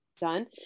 done